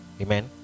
amen